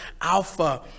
Alpha